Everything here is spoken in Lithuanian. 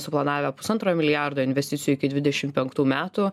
suplanavę pusantro milijardo investicijų iki dvidešimt penktų metų